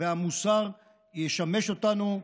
והמוסר ישמשו אותנו,